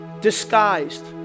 disguised